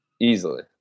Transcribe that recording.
Easily